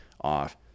off